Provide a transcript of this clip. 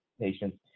patients